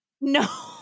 No